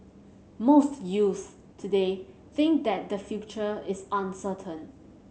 most youths today think that the future is uncertain